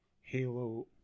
Halo